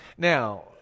Now